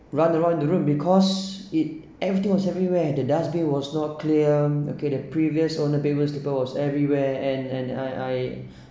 run around the room because it everything was everywhere the dustbin was not cleared okay the previous owner's bedroom slippers was paper everywhere and I I